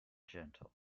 gentle